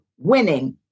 winning